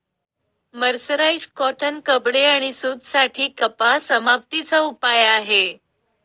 mercerise cotton कपडे आणि सूत साठी कपडा समाप्ती चा उपाय आहे